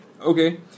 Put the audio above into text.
Okay